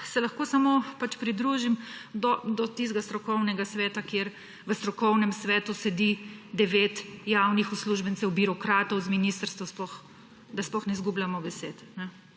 se lahko samo pridružim do tistega strokovnega sveta, kjer v strokovnem svetu sedi 9 javnih uslužbencev birokratov z ministrstva, da sploh ne izgubljamo besed.